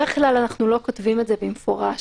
אני מבינה את הבקשה שלך שהדבר הזה לא יהיה בחקיקה ראשית,